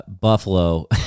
Buffalo